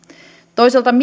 toisaalta mistään